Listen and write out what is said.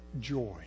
joy